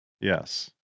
Yes